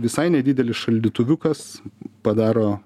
visai nedidelis šaldytuviukas padaro